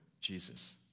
jesus